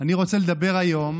אני רוצה לדבר היום